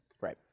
right